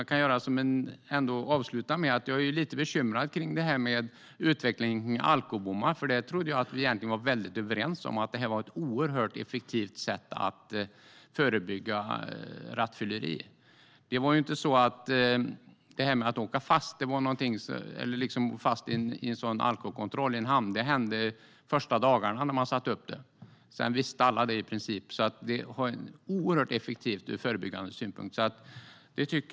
Jag kan avsluta med att jag är lite bekymrad över utvecklingen kring alkobommar, för jag trodde att vi var väldigt överens om att det är ett oerhört effektivt sätt att förebygga rattfylleri. Att åka fast i en alkokontroll i en hamn var något som hände de första dagarna när man hade satt upp det. Sedan visste i princip alla det, så det var oerhört effektivt från en förebyggande synpunkt.